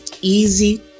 easy